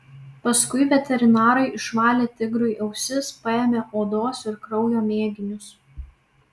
paskui veterinarai išvalė tigrui ausis paėmė odos ir kraujo mėginius